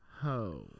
Ho